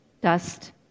dust